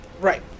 Right